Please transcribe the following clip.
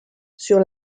sur